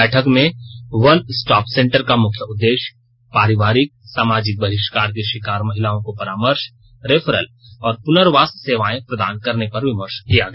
बैठक में one stop centre का मुख्य उद्देश्य पारियारिक सामाजिक बहिष्कार की शिकार महिलाओं को परामर्श रेफरल और पुनर्वास सेवाएं प्रदान करने पर विमर्श किया गया